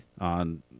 on